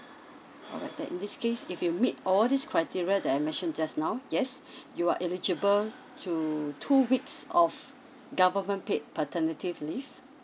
alright then in this case if you meet all these criteria that I mentioned just now yes you are eligible to two weeks of government paid paternity leave